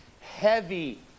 heavy